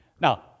Now